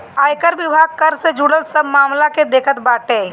आयकर विभाग कर से जुड़ल सब मामला के देखत बाटे